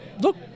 Look